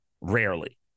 Rarely